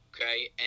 okay